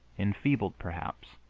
enfeebled, perhaps,